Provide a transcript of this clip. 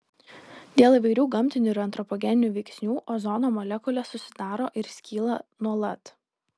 dėl įvairių gamtinių ir antropogeninių veiksnių ozono molekulės susidaro ir skyla nuolat